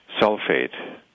sulfate